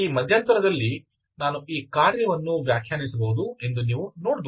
ಈ ಮಧ್ಯಂತರದಲ್ಲಿ ನಾನು ಈ ಕಾರ್ಯವನ್ನು ವ್ಯಾಖ್ಯಾನಿಸಬಹುದು ಎಂದು ನೀವು ನೋಡಬಹುದು